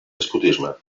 despotisme